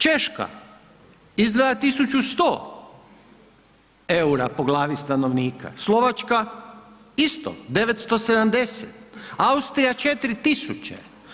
Češka izdvaja 1.100 EUR-a po glavi stanovnika, Slovačka isto 970, Austrija 4.000.